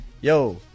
Yo